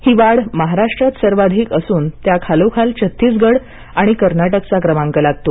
ही वाढ महाराष्ट्रात सर्वाधिक असून त्या खालोखाल छत्तिसगड आणि कर्नाटक चा क्रमांक लागतो